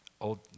old